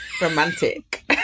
Romantic